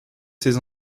ces